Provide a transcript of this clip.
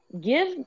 give